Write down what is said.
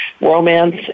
romance